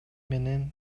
менен